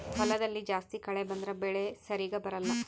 ಹೊಲದಲ್ಲಿ ಜಾಸ್ತಿ ಕಳೆ ಬಂದ್ರೆ ಬೆಳೆ ಸರಿಗ ಬರಲ್ಲ